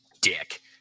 dick